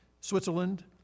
Switzerland